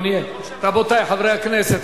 רבותי חברי הכנסת.